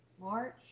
March